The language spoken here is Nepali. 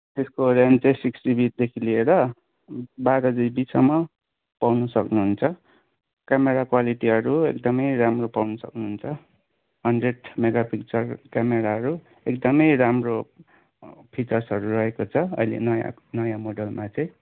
त्यसको रेम चाहिँ सिक्स जिबीदेखि लिएर बाह्र जिबीसम्म पाउन सक्नुहुन्छ क्यामरा क्वालिटीहरू एकदमै राम्रो पाउन सक्नुहुन्छ हन्ड्रेड मेगा पिक्सल क्यामराहरू एकदमै राम्रो फिचर्सहरू रहेको छ अहिले नयाँ आएको नयाँ मोडलमा चाहिँ